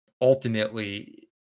ultimately